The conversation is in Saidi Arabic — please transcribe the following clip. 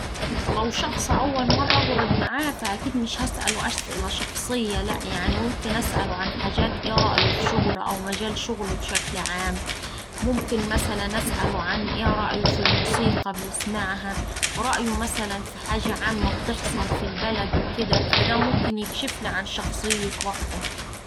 لو شخص أول مرة أقعد معاه فأكيد مش هسأله أسئلة شخصية لأ، يعني ممكن أسأله عن حاجات إيه رأيه في شغله أو مجال شغله بشكل عام. ممكن مثلا أسأله عن ايه رأيه في الموسيقى، بيسمعها، رأيه مثلا في حاجة عامة بتحصل في البلد وكدا. فدا ممكن يكشفلي عن شخصيته أكتر يعني.